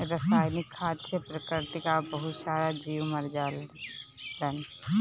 रासायनिक खाद से प्रकृति कअ बहुत सारा जीव मर जालन